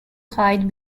hide